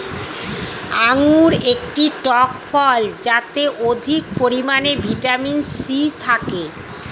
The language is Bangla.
আঙুর একটি টক ফল যাতে অধিক পরিমাণে ভিটামিন সি থাকে